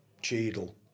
Cheadle